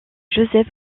joseph